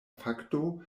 fakto